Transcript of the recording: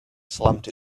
slammed